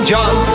John